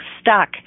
stuck